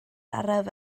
araf